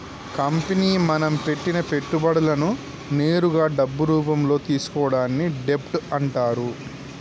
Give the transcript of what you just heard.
company మనం పెట్టిన పెట్టుబడులను నేరుగా డబ్బు రూపంలో తీసుకోవడాన్ని డెబ్ట్ అంటరు